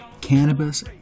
Cannabis